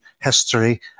history